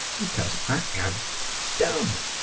because i am dumb.